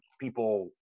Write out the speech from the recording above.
people